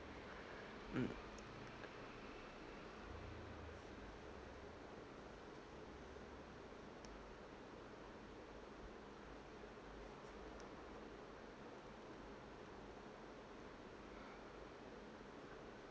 mm